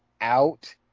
out